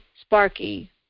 Sparky